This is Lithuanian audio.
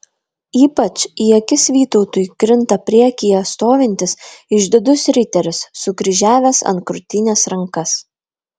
ypač į akis vytautui krinta priekyje stovintis išdidus riteris sukryžiavęs ant krūtinės rankas